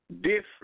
Different